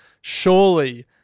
Surely